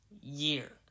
year